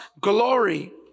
glory